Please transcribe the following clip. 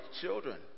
children